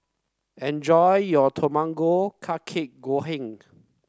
enjoy your Tamago Kake Gohan